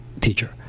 teacher